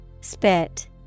Spit